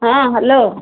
ହଁ ହ୍ୟାଲୋ